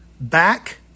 Back